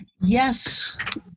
Yes